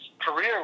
career